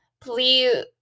Please